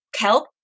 kelp